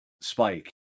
spike